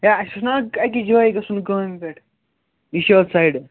ہے اَسہِ اوس نا أکِس جایہِ گژھُن کامہِ پٮ۪ٹھ نِشاط سایڈٕ